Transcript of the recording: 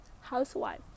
housewife